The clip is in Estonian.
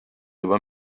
juba